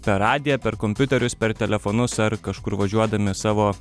per radiją per kompiuterius per telefonus ar kažkur važiuodami savo